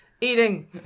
eating